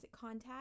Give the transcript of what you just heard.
contact